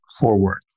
forward